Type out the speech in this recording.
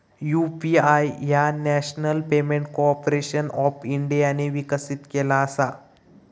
UPI ह्या national payment corporation of इंडियाने विकसित केला असा